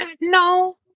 No